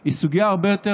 היא סוגיה הרבה יותר